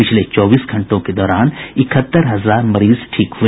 पिछले चौबीस घंटों के दौरान इकहत्तर हजार मरीज ठीक हुए